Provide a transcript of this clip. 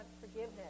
forgiveness